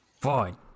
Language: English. Fine